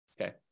Okay